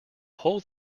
whole